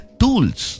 tools